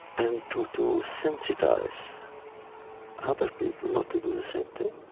and to to sensitize other people not to do the same thing.